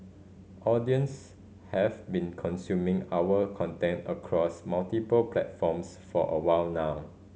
audience have been consuming our content across multiple platforms for a while now